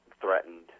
threatened